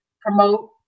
promote